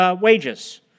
wages